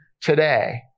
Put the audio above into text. today